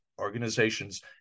organizations